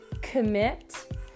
commit